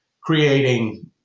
creating